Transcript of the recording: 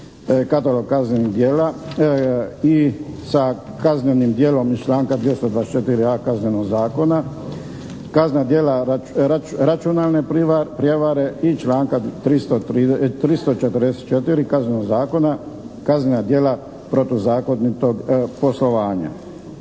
katalog kaznenih djela i sa kaznenim djelom iz članka 224a. Kaznenog zakona kaznena djela računalne prijevare i članka 344. Kaznenog zakona kaznena djela protuzakonitog poslovanja.